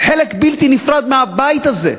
חלק בלתי נפרד מהבית הזה.